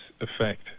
effect